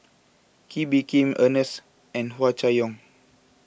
Kee Bee Khim Ernest and Hua Chai Yong